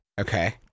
Okay